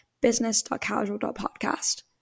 business.casual.podcast